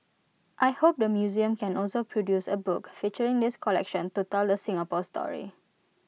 I hope the museum can also produce A book featuring this collection to tell the Singapore story